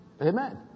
Amen